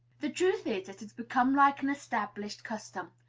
the truth is, it has become like an established custom,